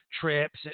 trips